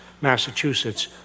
Massachusetts